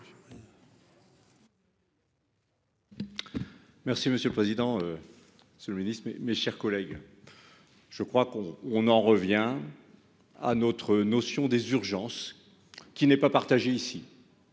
Merci monsieur le président. C'est le ministre, mes chers collègues. Je crois qu'on, on en revient. À notre notion des urgences qui n'est pas partagé ici.